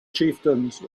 chieftains